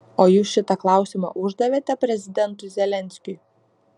o jūs šitą klausimą uždavėte prezidentui zelenskiui